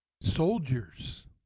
soldiers